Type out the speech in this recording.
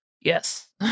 yes